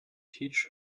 teach